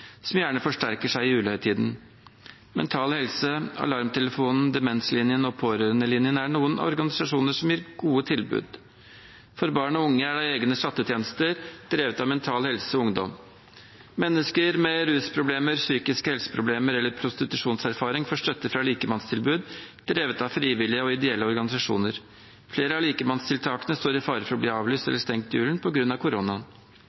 som gjerne forsterker seg i julehøytiden. Mental Helse, Alarmtelefonen for barn og unge, Demenslinjen og Pårørendelinjen er noen organisasjoner som gir gode tilbud. For barn og unge er det egne chattetjenester drevet av Mental Helse Ungdom. Mennesker med rusproblemer, psykiske helseproblemer eller prostitusjonserfaring får støtte fra likemannstilbud drevet av frivillige og ideelle organisasjoner. Flere av likemannstiltakene står i fare for å bli avlyst eller stengt i julen på grunn av